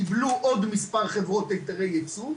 קיבלו עוד מספר חברות היתרי ייבוא,